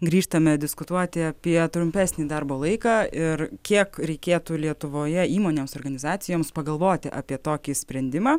grįžtame diskutuoti apie trumpesnį darbo laiką ir kiek reikėtų lietuvoje įmonėms organizacijoms pagalvoti apie tokį sprendimą